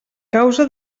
causa